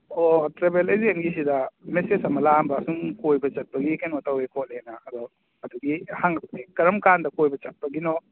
ꯑꯣ ꯇ꯭ꯔꯚꯦꯜ ꯑꯦꯖꯦꯟꯒꯤꯁꯤꯗ ꯃꯦꯁꯦꯖ ꯑꯃ ꯂꯥꯛꯑꯝꯕ ꯁꯨꯝ ꯀꯣꯏꯕ ꯆꯠꯄꯒꯤ ꯀꯩꯅꯣ ꯇꯧꯋꯦ ꯈꯣꯠꯂꯦꯅ ꯑꯗꯣ ꯑꯗꯨꯒꯤ ꯍꯪꯉꯛꯄꯅꯤ ꯀꯔꯝꯀꯥꯟꯗ ꯀꯣꯏꯕ ꯆꯠꯄꯒꯤꯅꯣ